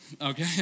okay